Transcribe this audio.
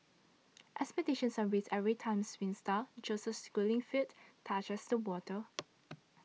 expectations are raised every time swim star Joseph Schooling's feet touches the water